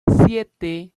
siete